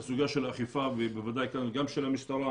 בסוגיה של האכיפה, בוודאי גם של המשטרה,